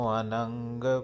anang